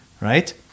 right